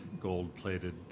gold-plated